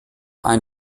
ein